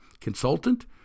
consultant